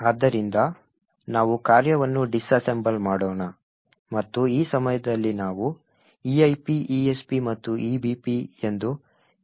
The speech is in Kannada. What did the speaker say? ಆದ್ದರಿಂದ ನಾವು ಕಾರ್ಯವನ್ನು ಡಿಸ್ಅಸೆಂಬಲ್ ಮಾಡೋಣ ಮತ್ತು ಈ ಸಮಯದಲ್ಲಿ ನಾವು EIP ESP ಮತ್ತು EBP ಎಂದು ವಿವಿಧ ರೆಜಿಸ್ಟರ್ ಗಳನ್ನು ನೋಡೋಣ